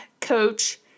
coach